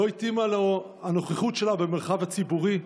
לא התאימה לו הנוכחות שלה במרחב הציבורי,